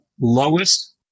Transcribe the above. lowest